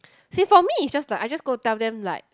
see for me is just like I just go tell them like